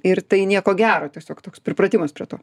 ir tai nieko gero tiesiog toks pripratimas prie to